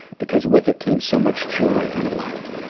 because with it came so much joy and light.